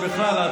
אני חושב שבכלל,